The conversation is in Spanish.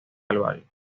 calvario